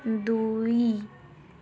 ଦୁଇ